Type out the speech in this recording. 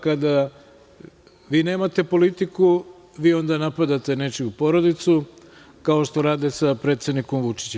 Kada vi nemate politiku vi onda napadate nečiju porodicu, kao što rade sa predsednikom Vučićem.